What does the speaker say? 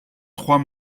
trois